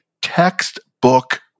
textbook